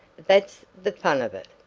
that's the fun of it!